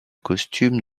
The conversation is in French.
costume